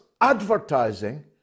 advertising